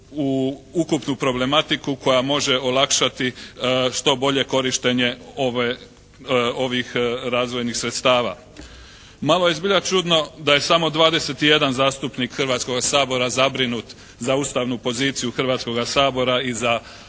u ukupnu problematiku koja može olakšati što bolje korištenje ovih razvojnih sredstava. Malo je zbilja čudno da je samo 21 zastupnik Hrvatskoga sabora zabrinut za ustavnu poziciju Hrvatskoga sabora i za